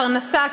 פרנסה,